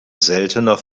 seltener